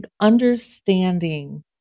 Understanding